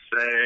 say